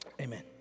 Amen